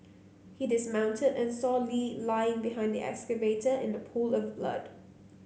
he dismounted and saw Lee lying behind the excavator in a pool of blood